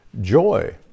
Joy